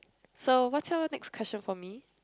so what's your next question for me